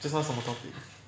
just now 什么 topic